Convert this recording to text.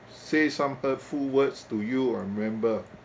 say some hurtful words to you I remember